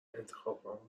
انتخابهام